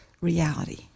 reality